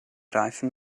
reifen